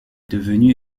devenu